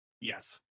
Yes